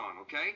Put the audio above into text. okay